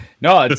no